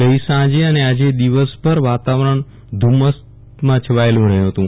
ગઈસાંજે અને આજે દિવસભર વાતાવ રણ ધુમ્મસથી છવાયેલું રહયું હતું